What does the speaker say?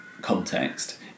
context